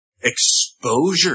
exposure